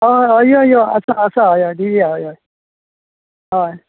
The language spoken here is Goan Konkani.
हय हय यो यो यो आसा आसा हय हय डेली हय हय हय